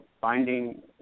finding